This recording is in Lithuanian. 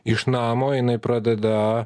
iš namo jinai pradeda